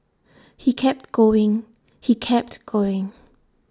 he kept going he kept going